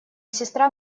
сестра